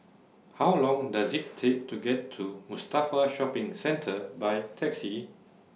How Long Does IT Take to get to Mustafa Shopping Centre By Taxi